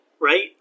right